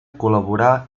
col·laborà